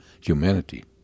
humanity